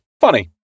Funny